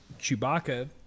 Chewbacca